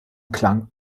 klang